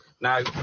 now